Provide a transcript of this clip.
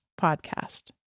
podcast